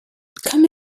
come